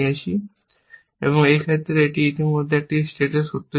এবং এই ক্ষেত্রে এটি ইতিমধ্যে এই স্টেটে সত্য ছিল